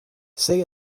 say